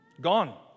Gone